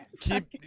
keep